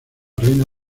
reina